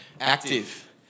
Active